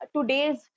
today's